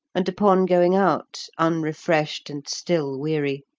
and, upon going out, unrefreshed and still weary,